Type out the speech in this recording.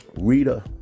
Rita